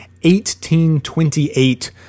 1828